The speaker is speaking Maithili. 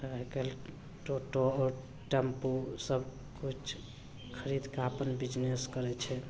आइकाल्हि टोटो टेम्पू सबकिछु खरिदके अपन बिजनेस करै छै